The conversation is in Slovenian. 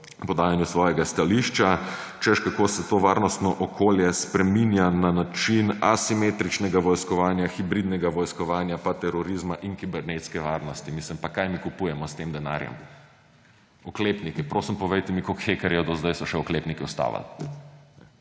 podajanju svojega stališča, češ kako se to varnostno okolje spreminja na način asimetričnega vojskovanja, hibridnega vojskovanja, pa terorizma in kibernetske varnosti. Mislim, pa kaj mi kupujemo s tem denarjem? Oklepnike. Prosim, povejte mi, koliko hekerjev do zdaj so še oklepniki ustavili?